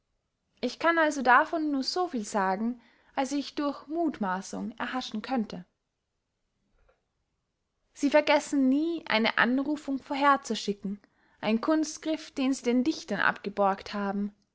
ich kann also davon nur so viel sagen als ich durch muthmaassung erhaschen könnte sie vergessen nie eine anrufung vorher zu schicken ein kunstgriff den sie den dichtern abgeborgt haben